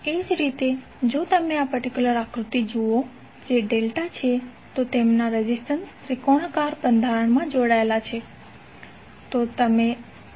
એ જ રીતે જો તમે આ પર્ટિક્યુલર આકૃતિ જુઓ જે ડેલ્ટા છે તો તેમના રેઝિસ્ટન્સ ત્રિકોણાકાર બંધારણમાં જોડાયેલા છે